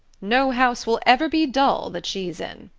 no house will ever be dull that she's in.